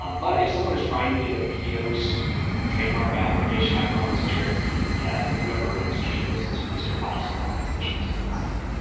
um but if someone's trying to get a p dose trademark application i can almost guarantee that whoever owns cheetos is is going to file some opposition against them.